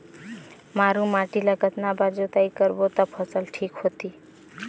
मारू माटी ला कतना बार जुताई करबो ता फसल ठीक होती?